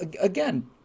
again